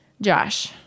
Josh